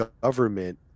government